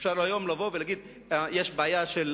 אפשר היום לבוא ולהגיד: יש בעיה של